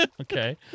Okay